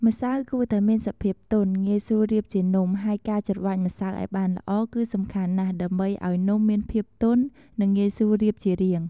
ម្សៅគួរតែមានសភាពទន់ ងាយស្រួលរៀបជានំ ហើយការច្របាច់ម្សៅឲ្យបានល្អ គឺសំខាន់ណាស់ដើម្បីឲ្យនំមានភាពទន់ និងងាយស្រួលរៀបជារាង។